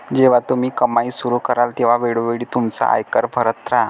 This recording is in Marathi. जेव्हा तुम्ही कमाई सुरू कराल तेव्हा वेळोवेळी तुमचा आयकर भरत राहा